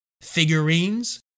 figurines